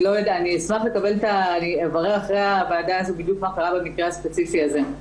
אני אברר אחרי הוועדה הזאת בדיוק מה קרה במקרה הספציפי הזה.